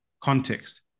context